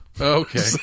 Okay